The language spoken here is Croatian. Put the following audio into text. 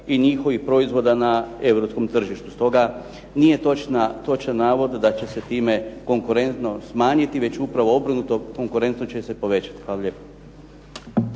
i njihovi proizvoda na europskom tržištu, stoga nije točan navod da će se time konkurentnost smanjiti, već upravo obrnuto, konkurentnost će se povećati. Hvala lijepo.